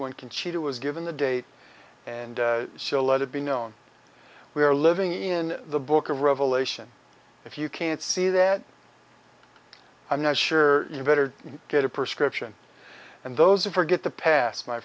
when conchita was given the date and so let it be known we are living in the book of revelation if you can't see that i'm not sure you better get a prescription and those who forget the past my